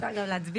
אפשר גם להצביע.